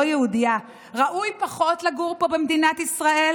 יהודייה ראוי פחות לגור פה במדינת ישראל